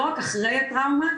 לא רק אחרי הטראומה,